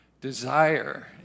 desire